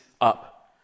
up